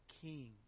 king